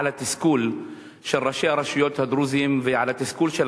על התסכול של ראשי הרשויות הדרוזים ועל התסכול של